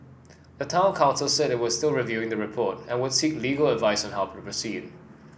the town council said it was still reviewing the report and would seek legal advice on how to proceed